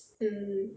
mm